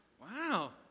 Wow